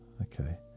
okay